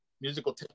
Musical